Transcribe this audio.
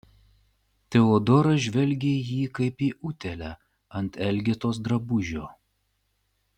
teodora žvelgė į jį kaip į utėlę ant elgetos drabužio